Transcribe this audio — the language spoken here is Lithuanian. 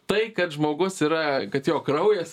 tai kad žmogus yra kad jo kraujas